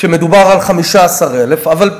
כשמדובר על 15,000. אבל,